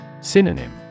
Synonym